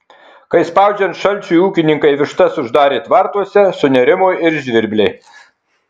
kai spaudžiant šalčiui ūkininkai vištas uždarė tvartuose sunerimo ir žvirbliai